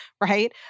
right